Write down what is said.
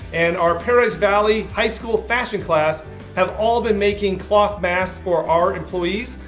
and our paradise valley high school fashion class have all been making cloth masks for our employees.